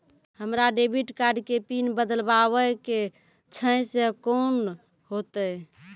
हमरा debit card के PIN बदलबावै के छैं से कौन होतै?